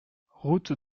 route